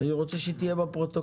אני רוצה שהיא תהיה בפרוטוקול.